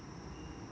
okay